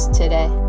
today